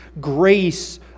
grace